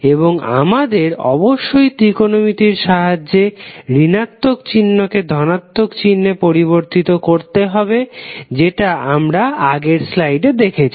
এবং আমাদের অবশ্যই ত্রিকোণমিতির সাহায্যে ঋণাত্মক চিহ্নকে ধনাত্মক চিহ্নে পরিবর্তিত করতে হবে যেটা আমরা আগের স্লাইডে দেখেছি